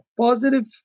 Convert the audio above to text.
positive